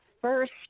first